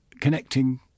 connecting